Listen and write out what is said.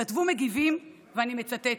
כתבו מגיבים, ואני מצטטת: